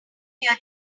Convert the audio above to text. year